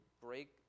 break